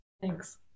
Thanks